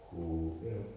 who you know